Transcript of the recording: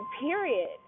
period